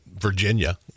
Virginia